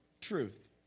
truth